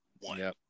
one